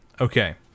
okay